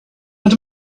into